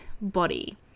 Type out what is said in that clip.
body